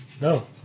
No